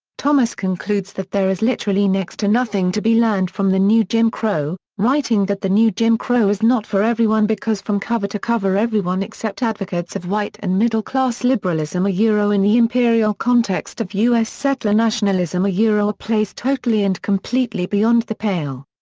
thomas concludes that there is literally next to nothing to be learned from the new jim crow, writing that the new jim crow is not for everyone because from cover to cover everyone except advocates of white and middle-class liberalism yeah in the imperial context of u s. settler nationalism are placed totally and completely beyond the pale.